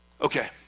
okay